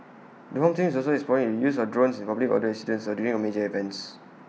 the home team is also exploring the use of drones in public order incidents or during major events